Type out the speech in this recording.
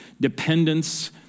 dependence